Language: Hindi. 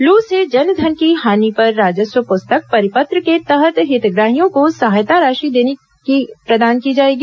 लू से जन धन की हानि पर राजस्व पुस्तक परिपत्र के तहत हितग्राहियों को सहायता राशि प्रदान की जाएगी